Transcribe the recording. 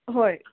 ꯍꯣꯏ